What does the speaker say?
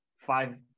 five